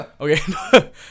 Okay